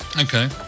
okay